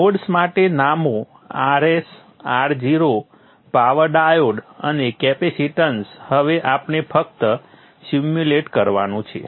nodes માટે નામો Rs Ro power diode અને કેપેસીટન્સ હવે આપણે ફક્ત સિમ્યુલેટ કરવાનું છે